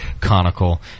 Conical